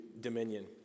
dominion